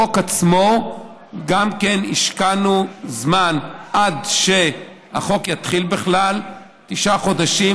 גם בחוק עצמו השקענו זמן עד שהחוק יתחיל בכלל : תשעה חודשים